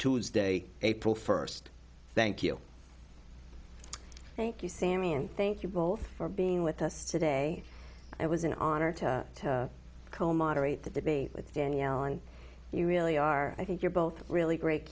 tuesday april first thank you thank you sammy and thank you both for being with us today i was an honor to co moderate the debate with danielle and you really are i think you're both really great